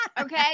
Okay